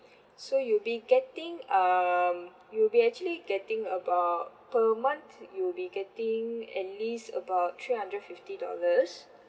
so you'll be getting um you'll be actually getting about per month you'll be getting at least about three hundred fifty dollars